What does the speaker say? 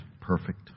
perfect